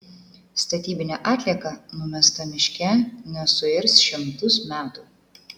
statybinė atlieka numesta miške nesuirs šimtus metų